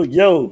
yo